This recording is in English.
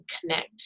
connect